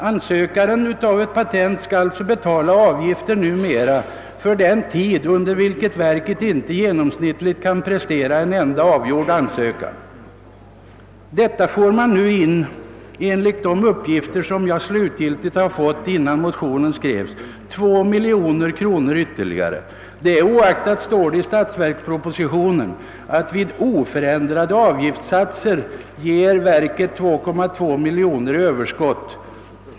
Den som ansöker om patent skall alltså numera betala avgift för den tid under vilken verket genomsnittligt inte kan prestera en enda avgjord ansökan. Härigenom får verket, enligt slutgiltiga uppgifter som jag fick innan motionen skrevs, in ytterligare 2 miljoner kronor. Det oaktat står det i statsverkspropositionen att vid oförändrade avgiftssatser ger verket 2,2 miljoner i överskott.